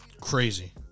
Crazy